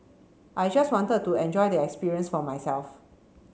I just wanted to enjoy the experience for myself